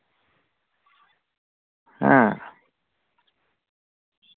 ᱦᱮᱸ